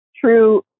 true